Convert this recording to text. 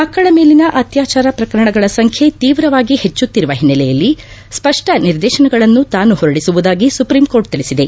ಮಕ್ಕಳ ಮೇಲಿನ ಅತ್ಕಾಚಾರ ಪ್ರಕರಣಗಳ ಸಂಖ್ಯೆ ತೀವ್ರವಾಗಿ ಹೆಚ್ಚುತ್ತಿರುವ ಹಿನ್ನೆಲೆಯಲ್ಲಿ ಸ್ಪಷ್ಟ ನಿರ್ದೇತನಗಳನ್ನು ತಾನು ಹೊರಡಿಸುವುದಾಗಿ ಸುಪ್ರೀಕೋರ್ಟ್ ತಿಳಿಬಿದೆ